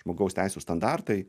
žmogaus teisių standartai